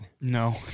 No